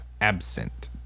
absent